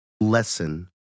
lesson